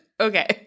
Okay